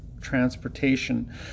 transportation